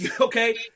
Okay